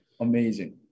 amazing